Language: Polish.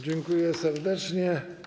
Dziękuję serdecznie.